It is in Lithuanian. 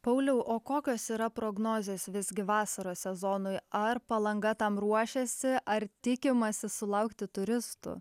pauliau o kokios yra prognozės visgi vasaros sezonui ar palanga tam ruošiasi ar tikimasi sulaukti turistų